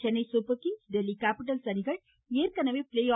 Chennai Super Kings Delhi Capitals அணிகள் ஏற்கனவே play ஆ